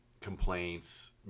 complaints